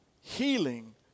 healing